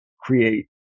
create